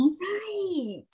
right